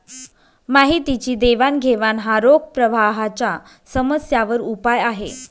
माहितीची देवाणघेवाण हा रोख प्रवाहाच्या समस्यांवर उपाय आहे